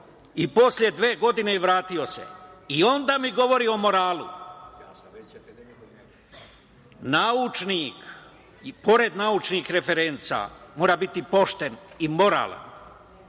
posle dve godine se vratio i onda mi govori o moralu. Naučnik i pored naučnih referenca mora biti pošten i moralan